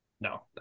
No